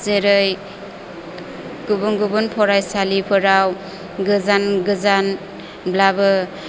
जेरै गुबुन गुबुन फरायसालिफोराव गोजान गोजानब्लाबो